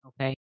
Okay